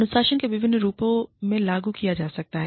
अनुशासन को विभिन्न रूपों में लागू किया जा सकता है